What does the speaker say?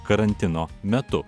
karantino metu